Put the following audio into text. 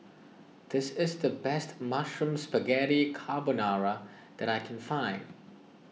this is the best Mushroom Spaghetti Carbonara that I can find